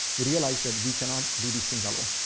we realize that we cannot do these things alone.